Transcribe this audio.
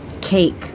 Cake